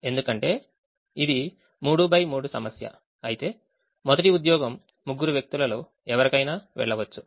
ఎందుకంటే ఇది 3 x 3 సమస్య అయితే మొదటి ఉద్యోగం ముగ్గురు వ్యక్తులలో ఎవరికైనా వెళ్ళవచ్చు